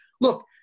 look